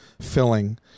filling